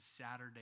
Saturday